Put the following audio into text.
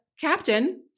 captain